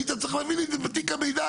היית צריך להביא לי את זה ביק המידע,